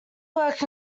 work